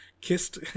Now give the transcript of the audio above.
kissed